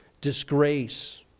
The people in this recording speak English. disgrace